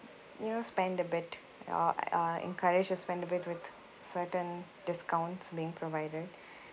you know spend a bit or uh encourage to spend a bit with certain discounts being provided